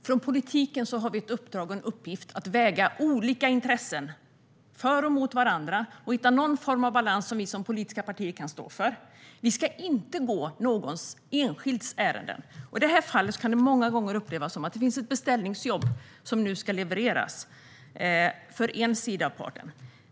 Fru talman! Vi politiker har i uppdrag och som uppgift att väga olika intressen för och emot varandra, och att hitta någon form av balans som våra politiska parter kan stå för. Vi ska inte gå någon enskilds ärende. I det här fallet kan det många gånger upplevas som att det finns ett beställningsjobb som nu ska levereras, för en av parterna.